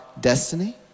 destiny